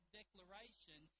declaration